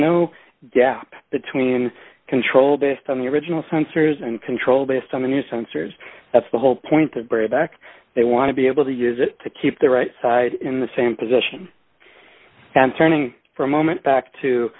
data between control based on the original sensors and control based on the new sensors that's the whole point of break back they want to be able to use it to keep the right side in the same position concerning for a moment